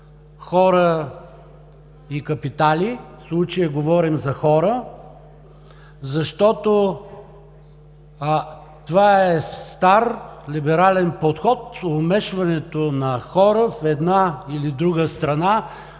хора и капитали, в случая говорим за хора, защото това е стар либерален подход – омешването на хора в една или друга страна,